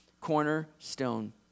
cornerstone